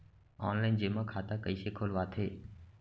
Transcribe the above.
Online जेमा खाता कइसे खोलवाथे?